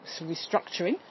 restructuring